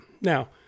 now